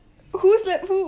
who slap who